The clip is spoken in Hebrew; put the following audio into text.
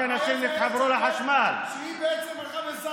תודה.